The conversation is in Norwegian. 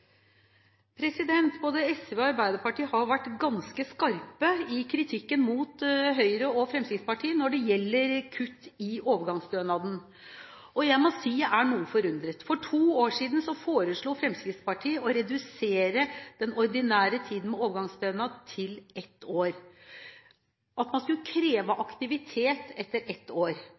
Både SV og Arbeiderpartiet har vært ganske skarpe i kritikken mot Høyre og Fremskrittspartiet når det gjelder kutt i overgangsstønaden. Jeg må si jeg er noe forundret. For to år siden foreslo Fremskrittspartiet å redusere den ordinære tiden med overgangsstønad til ett år – at man skulle kreve aktivitet etter ett år.